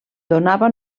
donava